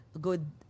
good